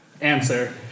answer